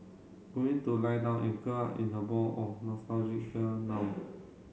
going to lie down and curl up in a ball of now